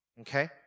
Okay